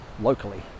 locally